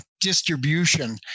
distribution